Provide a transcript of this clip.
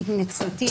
מבחינתי,